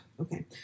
Okay